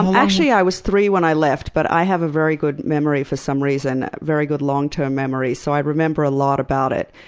and actually i was three when i left, but i have a very good memory for some reason. very good long-term memory, so i remember a lot about it.